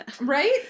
Right